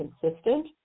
consistent